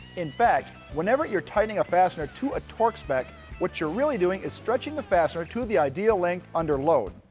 in fact, whenever you're tightening a fastener to a torque spec what you're really doing is stretching the fastener to the ideal length under load,